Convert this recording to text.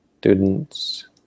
students